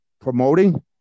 promoting